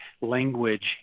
language